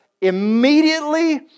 immediately